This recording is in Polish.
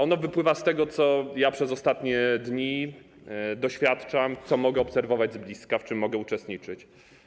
Ono wypływa z tego, co przez ostatnie dni doświadczam, co mogę obserwować z bliska, w czym mogę uczestniczyć.